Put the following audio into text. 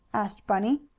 asked bunny.